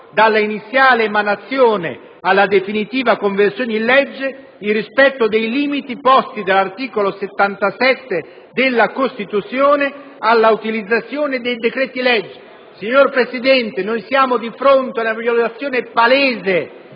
Signor Presidente, siamo di fronte ad una violazione palese di questo